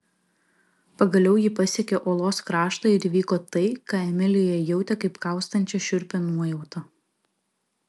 pagaliau ji pasiekė uolos kraštą ir įvyko tai ką emilija jautė kaip kaustančią šiurpią nuojautą